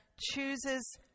chooses